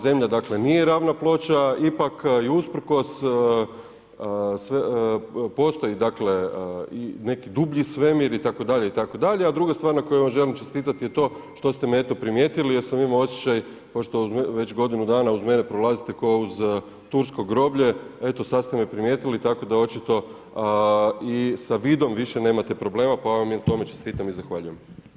Zemlja dakle nije ravna točka, ipak i usprkos postoji dakle i neki dublji svemir itd., itd., a druga stvar na kojoj vam želim čestitati je to što ste me eto primijetili jer sam imao osjećaj pošto već godinu dana uz mene prolazite kao uz tursko groblje, eto sada ste me primijetili tako da očito i sa vidom više nemate problema pa vam na tome čestitam i zahvaljujem.